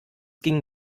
gingen